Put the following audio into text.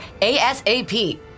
ASAP